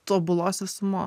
tobulos visumos